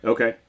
Okay